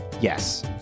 Yes